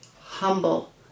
humble